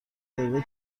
دقیقه